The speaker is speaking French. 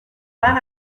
par